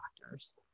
doctors